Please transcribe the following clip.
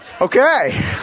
Okay